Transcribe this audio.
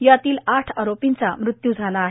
यातील आठ आरोपींचा मृत्यू झाला आहे